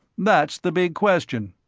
that's the big question.